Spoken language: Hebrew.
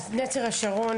אז נצר השרון